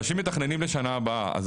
אנשים מתכננים לשנה הבאה,